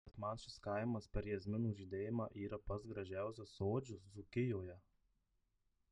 bet man šis kaimas per jazminų žydėjimą yra pats gražiausias sodžius dzūkijoje